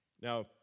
Now